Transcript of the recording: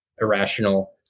irrational